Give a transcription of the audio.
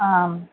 आम्